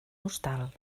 hostal